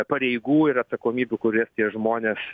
pareigų ir atsakomybių kurias tie žmonės